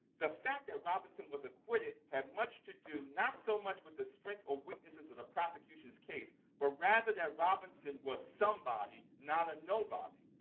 the fact that robinson was acquitted had much to do not so much with the strength or weaknesses of the prosecution's case, but rather that robinson was somebody, not a nobody.